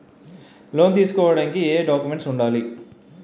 Loan తీసుకోడానికి ఏయే documents వుండాలి?